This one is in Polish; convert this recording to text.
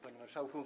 Panie Marszałku!